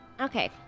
Okay